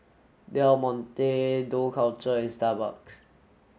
Del Monte Dough Culture and Starbucks